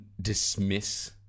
dismiss